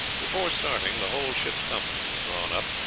before starting, the whole ship's company were drawn up,